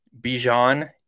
Bijan